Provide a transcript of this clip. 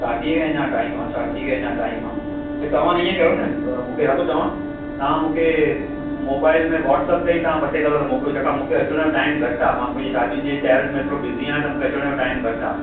शादीअ खे अञा टाईम आहे शादीअ खे अञा टाईम आहे त तव्हां हीअं कयो न मूंखे छा थो चवां तव्हां मूंखे मोबाइल में वोट्सप ते ई तव्हां ॿ टे कलर मोकिल्यो जेका मूंखे एक्चुअली में टाईम घटि आहे मां बि शादियुनि जी तयारियूं में एतिरो बिजी आहे त मूंखे अचण जो टाईम घटि आहे